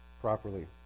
properly